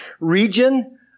region